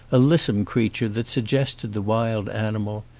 a lissome crea ture that suggested the wild animal,